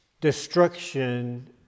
destruction